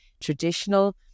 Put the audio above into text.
traditional